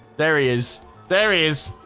there is there is